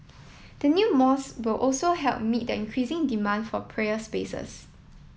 the new mosque will also help meet the increasing demand for prayer spaces